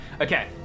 Okay